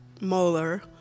molar